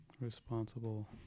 responsible